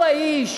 הוא האיש